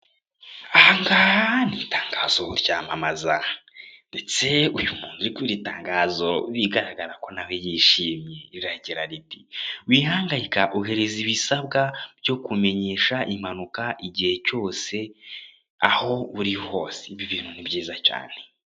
Aha ngaha ni itangazo ryamamaza ndetse uyu muntu uri kuri iri tangazo bigaragara ko na we yishimye. Riragira riti: wihangayika ohereza ibisabwa byo kumenyesha impanuka igihe cyose, aho uri hose." Ibi bintu ni byiza cyane.